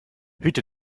hüte